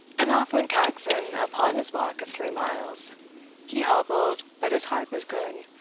and off went caxon upon his walk of three miles he hobbled but his heart was good!